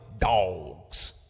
dogs